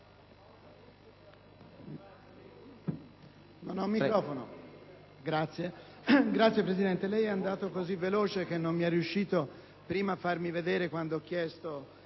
Signor Presidente, lei eandato cosı veloce che non sono riuscito prima a farmi vedere quando ho chiesto